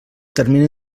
termini